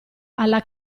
alla